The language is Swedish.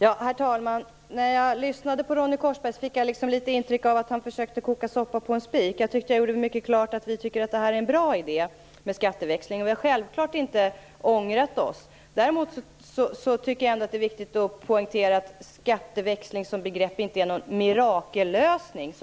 Herr talman! När jag lyssnade på Ronny Korsberg fick jag litet grand intryck av att han försökte koka soppa på en spik. Jag trodde att jag gjorde mycket klart att vi tycker att det är en bra idé med skatteväxling. Vi har självklart inte ångrat oss. Däremot tycker jag att det ändå är viktigt att poängtera att skatteväxling som begrepp inte är någon mirakellösning